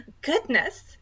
Goodness